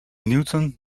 newton